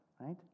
right